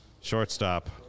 Shortstop